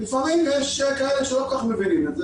לפעמים יש כאלה שלא כל כך מבינים את זה,